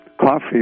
coffee